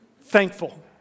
thankful